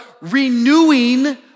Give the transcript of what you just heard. renewing